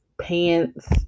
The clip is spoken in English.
pants